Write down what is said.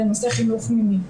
בנושא חינוך מיני.